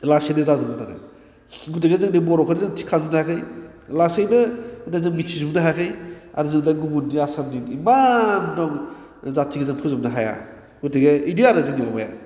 लासैनो जाजोबगोन आरो गथिखे जोंनि बर'खौनो जोङो थिख खालामनो हायाखै लासैनो जों मिथिजोबनो हायाखै आरो जों दा गुबुननि आसामनि इमान दं जाथिखौ जों फोजोबनो हाया गथिखे बिदि आरो जोंनि माबाया